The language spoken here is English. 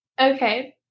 okay